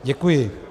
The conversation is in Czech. Děkuji.